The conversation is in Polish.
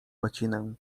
łacinę